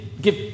give